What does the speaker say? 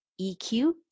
EQ